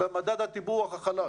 וזה במדד הטיפוח החלש.